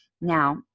Now